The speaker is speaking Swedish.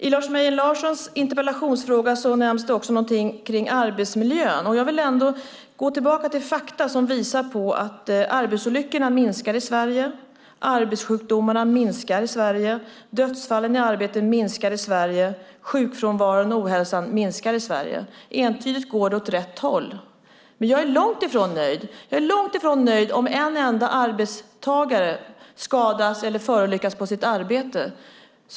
I Lars Mejern Larssons interpellation nämns också något om arbetsmiljön. Jag vill gå tillbaka till fakta som visar att arbetsolyckorna minskar i Sverige. arbetssjukdomarna minskar i Sverige. Dödsfallen i arbete minskar i Sverige. Sjukfrånvaron och ohälsan minskar i Sverige. Det går entydigt åt rätt håll. Men jag är långt ifrån nöjd. Jag är långt ifrån nöjd om en enda arbetstagare skadas eller förolyckas på sitt arbete.